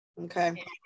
Okay